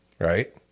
right